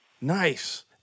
Nice